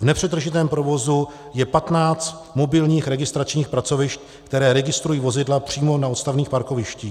V nepřetržitém provozu je 15 mobilních registračních pracovišť, která registrují vozidla přímo na odstavných parkovištích.